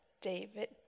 David